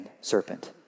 serpent